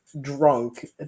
drunk